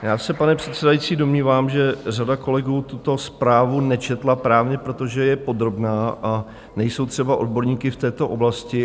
Já se, pane předsedající, domnívám, že řada kolegů tuto zprávu nečetla právě proto, že je podrobná a nejsou třeba odborníky v této oblasti.